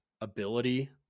ability